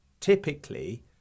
typically